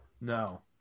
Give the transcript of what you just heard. No